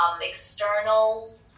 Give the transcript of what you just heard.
external